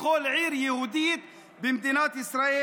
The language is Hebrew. מכל עיר יהודית במדינת ישראל,